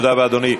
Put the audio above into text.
תודה רבה, אדוני.